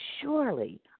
surely